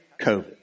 COVID